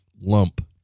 lump